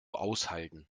aushalten